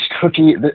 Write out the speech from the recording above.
cookie